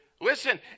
Listen